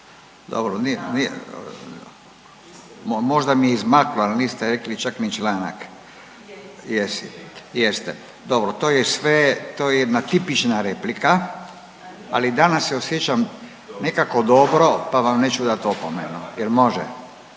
Dobro, možda mi je izmaklo, al niste rekli čak ni članak. …/Upadica se ne razumije./… Jeste dobro. To je sve, to je jedna tipična replika, ali danas se osjećam nekako dobro pa vam neću dat opomenu. Jel može?